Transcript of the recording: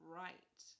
right